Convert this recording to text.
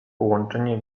połączenie